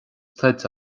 tuillte